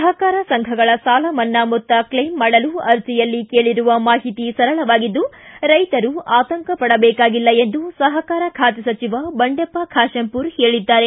ಸಹಕಾರ ಸಂಘಗಳ ಸಾಲ ಮನ್ನಾ ಮೊತ್ತ ಕ್ಷೇಮ್ ಮಾಡಲು ಅರ್ಜಿಯಲ್ಲಿ ಕೇಳರುವ ಮಾಹಿತಿ ಸರಳವಾಗಿದ್ದು ರೈತರು ಆತಂಕ ಪಡಬೇಕಾಗಿಲ್ಲ ಎಂದು ಸಹಕಾರ ಖಾತೆ ಸಚಿವ ಬಂಡೆಪ್ಷ ಖಾತೆಂಪೂರ ಹೇಳಿದ್ದಾರೆ